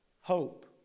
hope